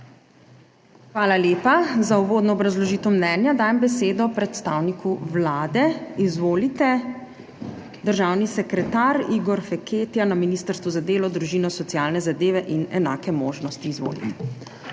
Hvala lepa. Za uvodno obrazložitev mnenja dajem besedo predstavniku Vlade. Izvolite državni sekretar Igor Feketija na Ministrstvu za delo, družino, socialne zadeve in enake možnosti. IGOR